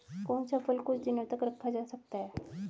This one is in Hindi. कौन सा फल कुछ दिनों तक रखा जा सकता है?